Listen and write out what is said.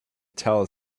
tell